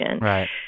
Right